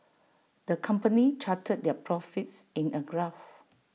the company charted their profits in A graph